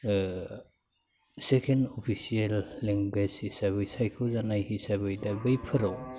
second official language हिसाबै सायख'जानाय हिसाबै दा बैफोराव